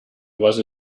was